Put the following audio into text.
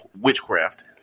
witchcraft